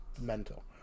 mental